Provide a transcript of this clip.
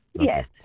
Yes